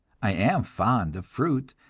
i am fond of fruit,